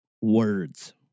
Words